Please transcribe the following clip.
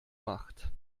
macht